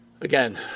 again